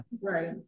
right